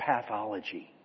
pathology